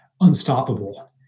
unstoppable